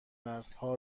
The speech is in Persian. نسلها